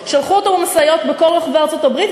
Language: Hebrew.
שלחו אותו במשאיות בכל רחבי ארצות-הברית,